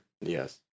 Yes